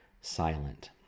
Silent